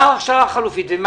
אצל